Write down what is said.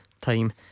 Time